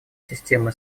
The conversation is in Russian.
системы